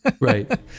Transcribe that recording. Right